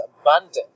abundant